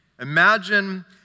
Imagine